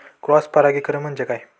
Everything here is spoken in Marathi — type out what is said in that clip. क्रॉस परागीकरण म्हणजे काय?